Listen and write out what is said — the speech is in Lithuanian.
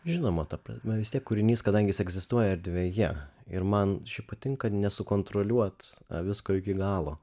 žinoma ta prasme vis tiek kūrinys kadangi jis egzistuoja erdvėje ir man patinka nesukontroliuot visko iki galo